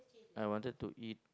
I wanted to eat